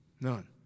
None